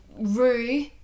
rue